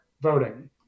voting